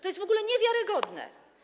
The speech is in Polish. To jest w ogóle niewiarygodne.